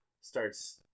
starts